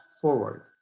forward